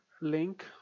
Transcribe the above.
link